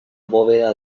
bóveda